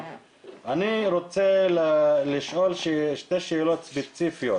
הם רוצים לקבל שירות בסניף המקומי.